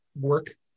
work